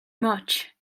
much